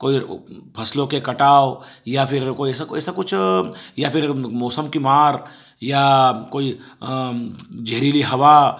कोई फसलों के कटाव या फिर कोई ऐसा कुछ ऐसा कुछ या फिर मौसम की मार या कोई जहरीली हवा